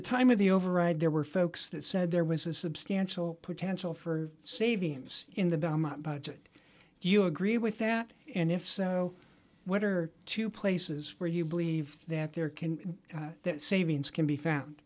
the time of the override there were folks that said there was a substantial potential for savings in the do you agree with that and if so what are two places where you believe that there can that savings can be found